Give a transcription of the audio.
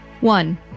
One